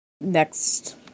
next